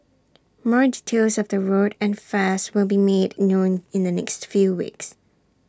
more details of the route and fares will be made known in the next few weeks